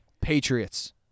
Patriots